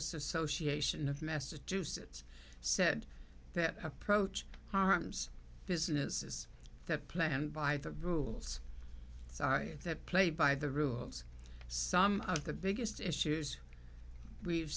association of massachusetts said that approach harms businesses that plan by the rules that play by the rules some of the biggest issues we've